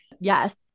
Yes